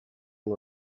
and